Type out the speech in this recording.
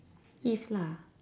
if lah